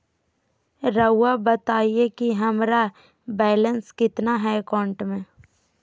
रहुआ बताएं कि हमारा बैलेंस कितना है अकाउंट में?